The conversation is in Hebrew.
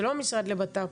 זה לא המשרד לבט"פ.